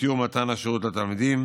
לתיאור מתן השירותים לתלמידים.